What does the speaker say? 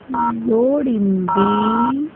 ਲੋੜੀਂਦੀ